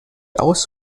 aus